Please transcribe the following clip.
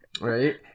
Right